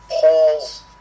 Paul's